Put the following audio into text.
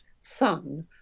son